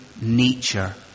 nature